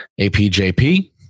APJP